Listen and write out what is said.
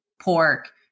pork